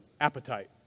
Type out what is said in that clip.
appetite